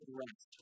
rest